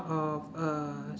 of uh